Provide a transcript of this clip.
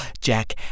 Jack